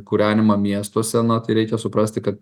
kūrenimą miestuose na tai reikia suprasti kad